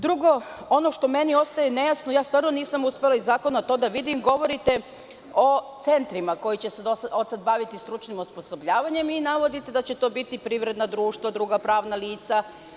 Drugo, ono što mi ostaje nejasno, iz zakona nisam uspela da to vidim, govorite o centrima koji će se od sada baviti stručnim osposobljavanjem i navodite da će to biti privredna društva, druga pravna lica.